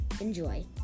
enjoy